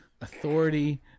authority